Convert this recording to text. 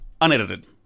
Unedited